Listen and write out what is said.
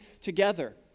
together